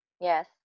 Yes